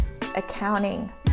accounting